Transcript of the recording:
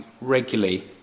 regularly